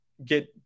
get